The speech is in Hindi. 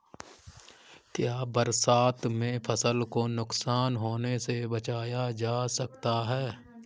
क्या बरसात में फसल को नुकसान होने से बचाया जा सकता है?